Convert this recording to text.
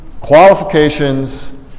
qualifications